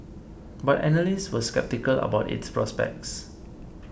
but analysts were sceptical about its prospects